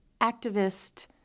activist